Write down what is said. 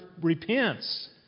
repents